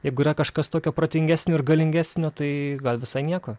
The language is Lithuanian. jeigu yra kažkas tokio protingesnio ir galingesnio tai gal visai nieko